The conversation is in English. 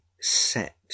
set